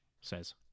says